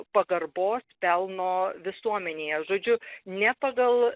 pagarbos pelno visuomenėje žodžiu ne pagal